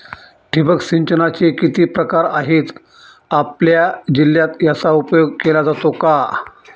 ठिबक सिंचनाचे किती प्रकार आहेत? आपल्या जिल्ह्यात याचा उपयोग केला जातो का?